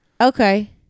Okay